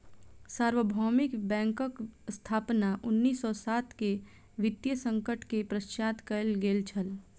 सार्वभौमिक बैंकक स्थापना उन्नीस सौ सात के वित्तीय संकट के पश्चात कयल गेल छल